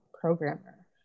programmer